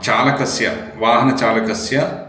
चालकस्य वाहनचालकस्य